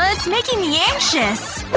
ah it's making me anxious!